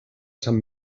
sant